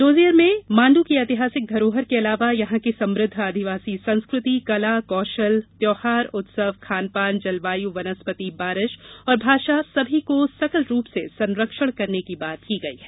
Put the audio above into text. dossier में माण्डू की ऐतिहासिक धरोहर के अलावा यहां की समृद्ध आदिवासी संस्कृति कला कौशल त्यौहार उत्सव खानपान जलवायु वनस्पति बारिश और भाषा सभी को सकल रूप से संरक्षण करने की बात की गयी है